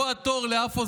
אל תערבב,